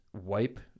wipe